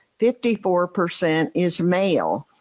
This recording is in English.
fifty four percent is male.